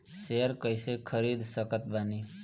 Share कइसे खरीद सकत बानी?